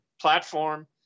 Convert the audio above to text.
platform